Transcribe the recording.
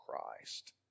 Christ